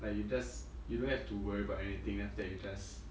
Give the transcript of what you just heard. like you just you don't have to worry about anything after that you just